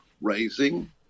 raising